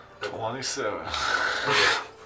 27